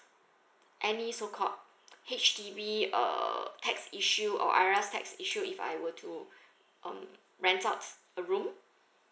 any so called H_D_B uh tax issue or I_R_A_S tax issue if I were to um rent out a room